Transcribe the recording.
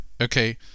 Okay